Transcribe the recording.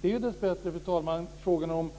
Det är dessbättre, fru talman, fråga om